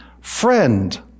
friend